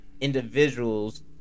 individuals